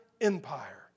empire